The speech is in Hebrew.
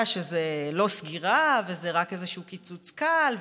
שזו לא סגירה וזה רק איזשהו קיצוץ קל,